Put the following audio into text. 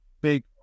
big